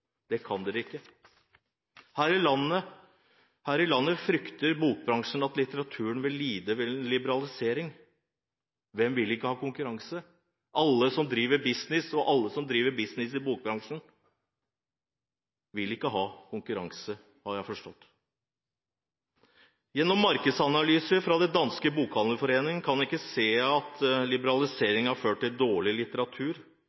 Det kan man ikke. Bokbransjen her i landet frykter at litteraturen vil lide ved liberalisering. Hvem vil ikke ha konkurranse? Alle som driver business, og alle som driver business i bokbransjen, vil ikke ha konkurranse, har jeg forstått. Gjennom markedsanalyser fra den danske bokhandlerforeningen kan en ikke se at